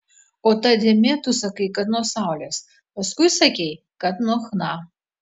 o ta dėmė tu sakai kad nuo saulės paskui sakei kad nuo chna